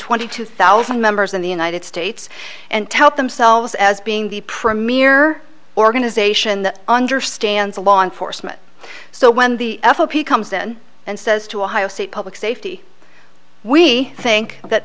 twenty two thousand members in the united states and tell themselves as being the premier organization that understands law enforcement so when the fop comes in and says to ohio state public safety we think that